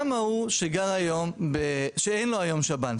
גם ההוא שאין לו היום שב"ן,